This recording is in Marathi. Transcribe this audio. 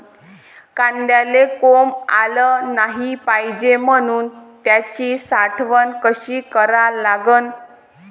कांद्याले कोंब आलं नाई पायजे म्हनून त्याची साठवन कशी करा लागन?